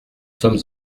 sommes